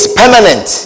permanent